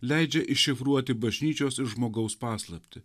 leidžia iššifruoti bažnyčios ir žmogaus paslaptį